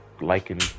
liking